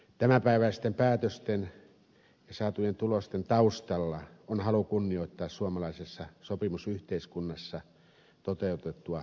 tämänpäiväisten päätösten ja saatujen tulosten taustalla on halu kunnioittaa suomalaisessa sopimusyhteiskunnassa toteutettua kolmikantajärjestelmää